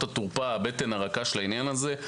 התורפה והבטן הרכה של העניין הזה.